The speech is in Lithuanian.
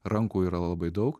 rankų yra labai daug